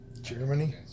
Germany